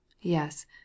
Yes